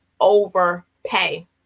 overpay